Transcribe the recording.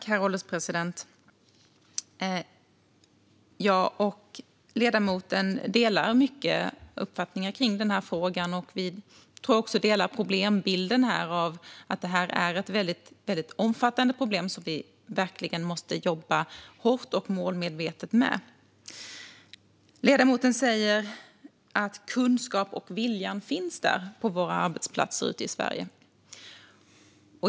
Herr ålderspresident! Ledamoten och jag delar många uppfattningar i frågan. Vi delar också problembilden, det vill säga att det är omfattande problem som vi verkligen måste jobba hårt och målmedvetet med. Ledamoten säger att kunskapen och viljan finns på våra arbetsplatser i Sverige.